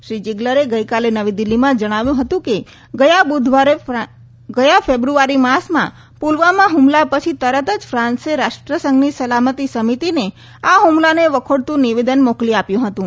શ્રી જીગ્લરે ગઈકાલે નવી દિલ્હીમાં જણાવ્યું હતું કે ગયા ફેબ્રુઆરી માસમાં પુલવામા હુમલા પછી તરત જ ફાન્સે રાષ્ટ્રસંઘની સલામતી સમિતિને આ હુમલાને વખોડતું નિવેદન મોકલી આપ્યું હતું